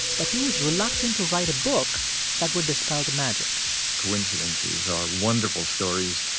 but he was reluctant to write a book that would dispel the magic coincidences are wonderful stories.